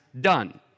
done